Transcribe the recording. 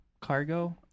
Cargo